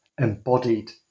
embodied